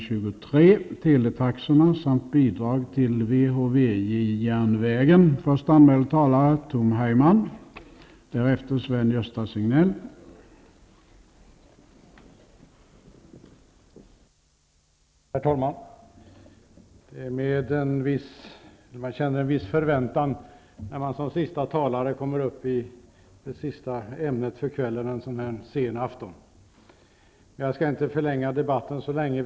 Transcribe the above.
Jag upplever en viss förväntan när jag kommer upp som talare i den sista debatten denna sena afton. Jag skall inte förlänga debatten särskilt mycket.